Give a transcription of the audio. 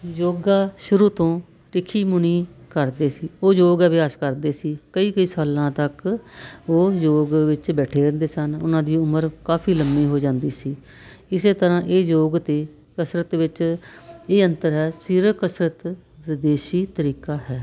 ਯੋਗਾ ਸ਼ੁਰੂ ਤੋਂ ਰਿਸ਼ੀ ਮੁਨੀ ਕਰਦੇ ਸੀ ਉਹ ਯੋਗ ਅਭਿਆਸ ਕਰਦੇ ਸੀ ਕਈ ਕਈ ਸਾਲਾਂ ਤੱਕ ਉਹ ਯੋਗ ਵਿੱਚ ਬੈਠੇ ਰਹਿੰਦੇ ਸਨ ਉਹਨਾਂ ਦੀ ਉਮਰ ਕਾਫੀ ਲੰਮੀ ਹੋ ਜਾਂਦੀ ਸੀ ਇਸੇ ਤਰ੍ਹਾਂ ਇਹ ਯੋਗ ਅਤੇ ਕਸਰਤ ਵਿੱਚ ਇਹ ਅੰਤਰ ਹੈ ਸਰੀਰਕ ਕਸਰਤ ਵਿਦੇਸ਼ੀ ਤਰੀਕਾ ਹੈ